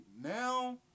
now